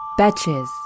Betches